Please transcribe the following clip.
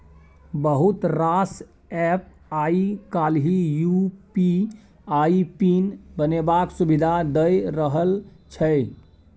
बहुत रास एप्प आइ काल्हि यु.पी.आइ पिन बनेबाक सुविधा दए रहल छै